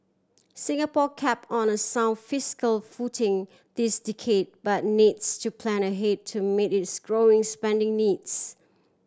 Singapore kept on a sound fiscal footing this decade but needs to plan ahead to meet its growing spending needs